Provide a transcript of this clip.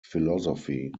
philosophy